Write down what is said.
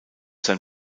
sein